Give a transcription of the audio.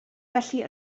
felly